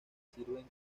sirven